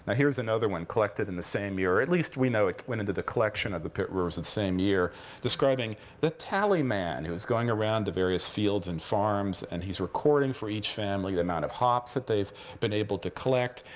ah here's another one collected in the same year at least, we know it went into the collection of the pitt rivers in the same year describing the tally man, who was going around to various fields and farms. and he's recording for each family the amount of hops that they've been able to collect.